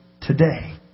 today